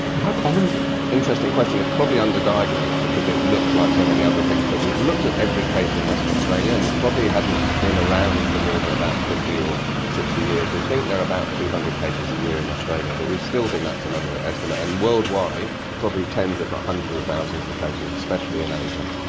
how common is it? an interesting question. it's probably underdiagnosed because it looks like so many other things. but we've looked at every case in western australia, and it probably hasn't been around for more than about fifty or sixty years. we think there are about two hundred cases a year in australia but we still think that's an underestimate, and worldwide, probably tens if not hundreds of thousands of cases, especially in asia.